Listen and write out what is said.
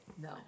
No